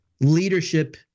leadership